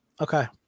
Okay